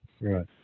Right